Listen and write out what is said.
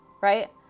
Right